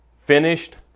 finished